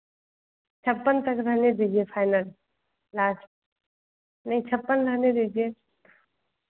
छप्पन तक रहने दीजिए फाइनल लास्ट नहीं छप्पन रहने दीजिए